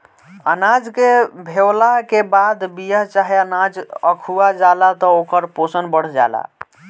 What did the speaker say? अनाज के भेवला के बाद बिया चाहे अनाज अखुआ जाला त ओकर पोषण बढ़ जाला